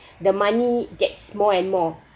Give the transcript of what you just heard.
the money gets more and more